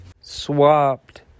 Swapped